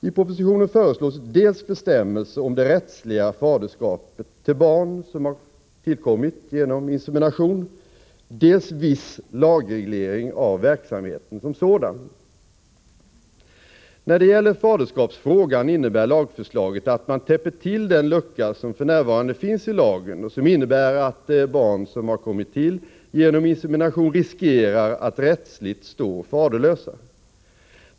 I propositionen föreslås dels bestämmelser om det rättsliga faderskapet för barn som har kommit till genom insemination, dels viss lagreglering av verksamheten som sådan. När det gäller faderskapsfrågan innebär lagförslaget att man täpper till den lucka som f.n. finns i lagen och som innebär att barn som har kommit till genom insemination riskerar att rättsligt stå faderlösa.